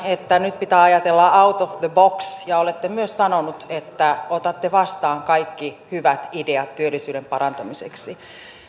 että nyt pitää ajatella out of the box ja olette myös sanonut että otatte vastaan kaikki hyvät ideat työllisyyden parantamiseksi